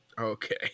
Okay